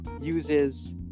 uses